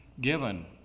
given